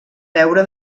deure